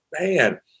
man